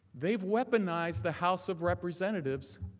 they have whip and iced the house of representatives,